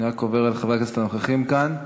אני רק עובר על חברי הכנסת הנוכחים כאן.